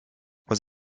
was